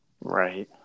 Right